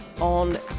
on